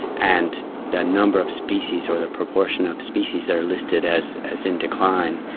and the number of species or the proportion of species that are listed as as in decline,